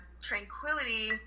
tranquility